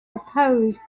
oppose